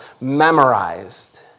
memorized